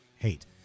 Hate